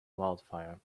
wildfire